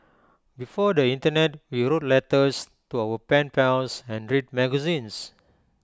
before the Internet we wrote letters to our pen pals and read magazines